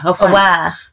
aware